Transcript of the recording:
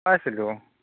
পাইছিলোঁ